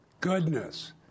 goodness